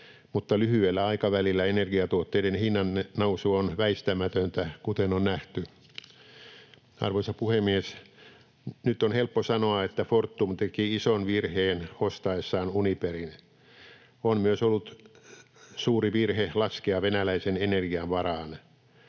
mutta lyhyellä aikavälillä energiatuotteiden hinnannousu on väistämätöntä, kuten on nähty. Arvoisa puhemies! Nyt on helppo sanoa, että Fortum teki ison virheen ostaessaan Uniperin. On myös ollut suuri virhe laskea venäläisen energian varaan.